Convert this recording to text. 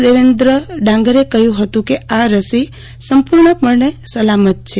દેવેન્દ્ર ડાંગરે કહ્યું ફતું કે આ રસી સંપૂર્ણપણે સલામત છે